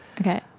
Okay